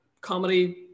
comedy